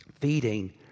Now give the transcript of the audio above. Feeding